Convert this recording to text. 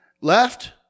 Left